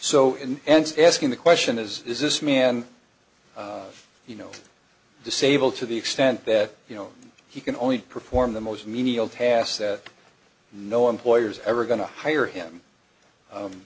to asking the question is is this man of you know disabled to the extent that you know he can only perform the most menial tasks that no employers ever going to hire